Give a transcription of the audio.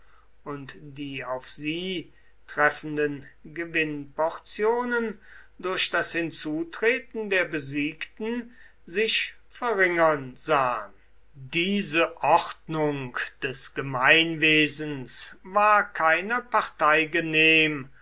und die auf sie treffenden gewinnportionen durch das hinzutreten der besiegten sich verringern sahen diese ordnung des gemeinwesens war keiner partei genehm